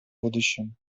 будущем